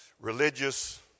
religious